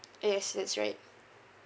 yes that's right